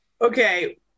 okay